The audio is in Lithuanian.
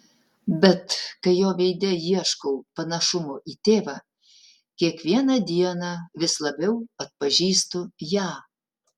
bet kai jo veide ieškau panašumo į tėvą kiekvieną dieną vis labiau atpažįstu ją